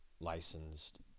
licensed